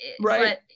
right